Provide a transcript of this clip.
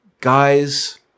guy's